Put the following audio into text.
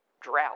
drought